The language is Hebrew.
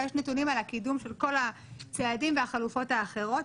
אבל יש נתונים על הקידום של כל הצעדים והחלופות האחרות.